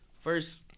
First